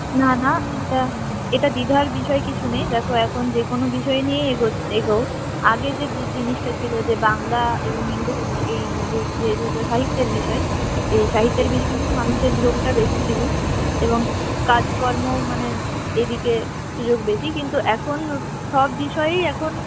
না না এটা এটা দ্বিধার বিষয় কিছু নেই দেখো এখন যে কোনো বিষয় নিয়েই এগো এগোও আগে যে জিনিসটা ছিল যে বাংলা এবং ইংরেজি এই মানে যে যে দুটো সাহিত্যের বিষয় এই সাহিত্যের বিষয় নিয়ে মানুষের ঝোঁকটা বেশি ছিল এবং কাজকর্ম মানে এদিকে সুযোগ বেশি কিন্তু এখন সব বিষয়েই এখন